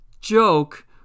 joke